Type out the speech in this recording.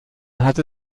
hatte